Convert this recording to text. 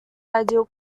ideal